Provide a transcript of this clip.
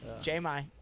Jmi